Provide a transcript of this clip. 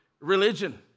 religion